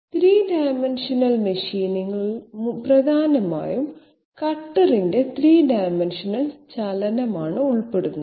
3 dimensional മെഷീനിംഗിൽ പ്രധാനമായും കട്ടറിന്റെ 3 ഡൈമൻഷണൽ ചലനം ഉൾപ്പെടുന്നു